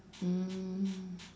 mm